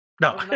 no